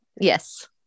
Yes